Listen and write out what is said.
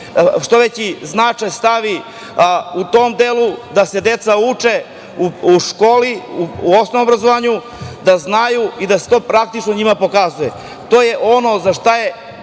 što veći značaj stavi u tom delu, da se deca uče u školi, u osnovnom obrazovanju i da znaju da se to u praksi njima pokazuje. To je ono za mene